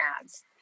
ads